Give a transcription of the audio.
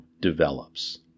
develops